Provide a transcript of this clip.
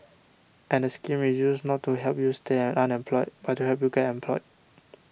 and the scheme is used not to help you stay unemployed but help you get employed